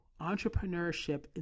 entrepreneurship